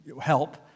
help